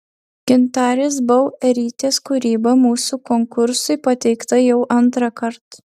gintarės bauerytės kūryba mūsų konkursui pateikta jau antrąkart